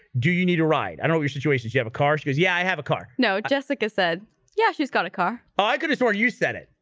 do you need a ride? i don't know your situation. she have a car. she cuz yeah, i have a car no, jessica said yeah, she's got a car. i could've sworn. you said it.